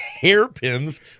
hairpins